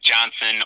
Johnson